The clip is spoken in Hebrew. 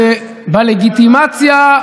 בלגיטימציה,